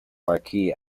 marquis